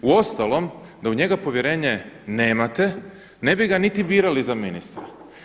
Uostalom da u njega povjerenje nemate, ne bi ga niti birali za ministra.